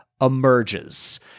emerges